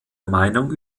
meinung